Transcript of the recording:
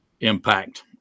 impact